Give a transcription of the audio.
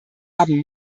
haben